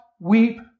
weep